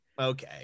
okay